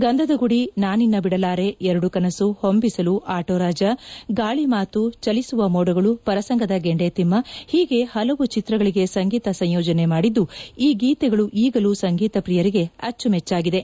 ಗಂಧದಗುದಿ ನಾ ನಿನ್ನ ಬಿಡಲಾರೆ ಎರಡು ಕನಸು ಹೊಂಬಿಸಿಲು ಆಟೋರಾಜ ಗಾಳಿಮಾತು ಚಲಿಸುವ ಮೋಡಗಳು ಪರಸಂಗದ ಗೆಂಡೆ ತಿಮ್ಮ ಹೀಗೆ ಹಲವು ಚಿತ್ರಗಳಿಗೆ ಸಂಗೀತ ಸಂಯೋಜನೆ ಮಾಡಿದ್ದು ಈ ಗೀತೆಗಳು ಈಗಲೂ ಸಂಗೀತಪ್ರಿಯರಿಗೆ ಅಚ್ಚುಮೆಚ್ಚಾಗಿದೆ